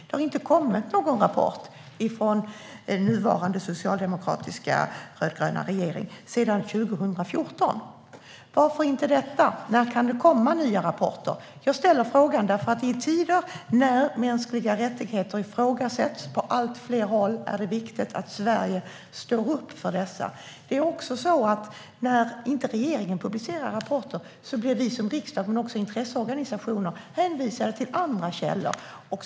Det har inte kommit någon rapport från den nuvarande socialdemokratiska rödgröna regeringen sedan 2014. Varför inte det? När kan det komma nya rapporter? Jag ställer frågan därför att det i tider när mänskliga rättigheter ifrågasätts på allt fler håll är viktigt att Sverige står upp för dessa. Det är också så att när regeringen inte publicerar rapporter blir riksdagen liksom intresseorganisationer hänvisade till andra källor.